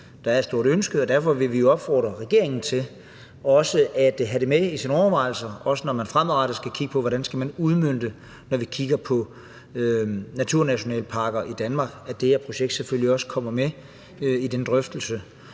der er et stort ønske om. Derfor vil vi opfordre regeringen til at have det med i sine overvejelser, når man fremadrettet skal kigge på, hvordan man skal udmønte det, når man kigger på naturnationalparker i Danmark, så det her projekt selvfølgelig også kommer med i de drøftelser.